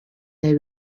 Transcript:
they